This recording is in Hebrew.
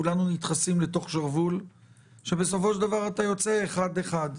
כולנו נדחסים לתוך שרוול שבסופו של דבר אתה יוצא אחד אחד.